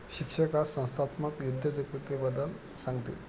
शिक्षक आज संस्थात्मक उद्योजकतेबद्दल सांगतील